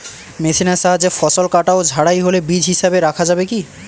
মেশিনের সাহায্যে ফসল কাটা ও ঝাড়াই হলে বীজ হিসাবে রাখা যাবে কি?